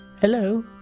Hello